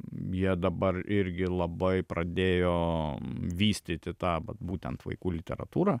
jie dabar irgi labai pradėjo vystyti tą vat būtent vaikų literatūrą